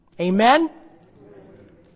Amen